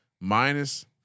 minus